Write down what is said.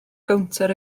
gownter